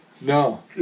No